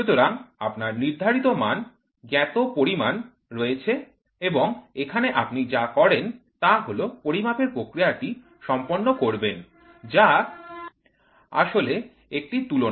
সুতরাং আপনার নির্ধারিত মান জ্ঞাত পরিমাণ রয়েছে এবং এখানে আপনি যা করেন তা হল পরিমাপের প্রক্রিয়াটি সম্পন্ন করবেন যা আসলে একটি তুলনা